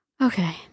Okay